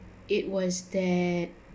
it was that